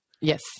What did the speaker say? Yes